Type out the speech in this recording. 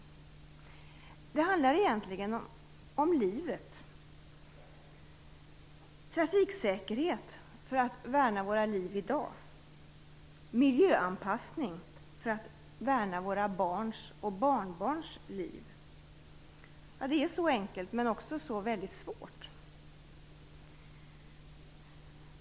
Det handlar egentligen om livet - om trafiksäkerhet för att värna våra liv i dag, om miljöanpassning för att värna våra barns och barnbarns liv. Det är så enkelt, men också så svårt.